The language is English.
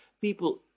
people